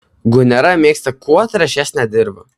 gunera mėgsta kuo trąšesnę dirvą